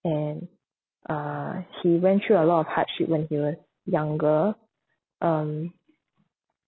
and uh he went through a lot of hardship when he was younger um